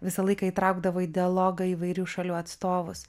visą laiką įtraukdavo į dialogą įvairių šalių atstovus